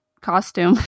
costume